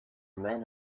men